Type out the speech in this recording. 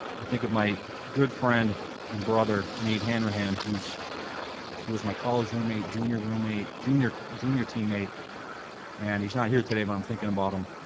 i think of my good friend and brother, nate hanrahan, who was my college roommate, junior roommate, junior junior teammate and he's not here today but i'm thinking about him.